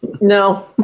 No